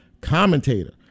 commentator